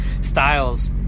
styles